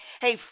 Hey